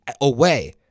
away